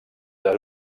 les